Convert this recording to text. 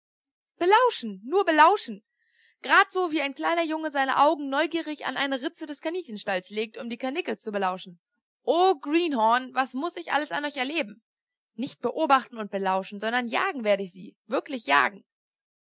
belauschen nur belauschen grad so wie ein kleiner junge seine augen neugierig an eine ritze des kaninchenstalles legt um die karnickels zu belauschen o greenhorn was muß ich alles an euch erleben nicht beobachten und belauschen sondern jagen werde ich sie wirklich jagen